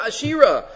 Ashira